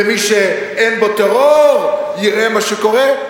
ומי שאין בו טרור יראה מה שקורה,